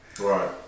Right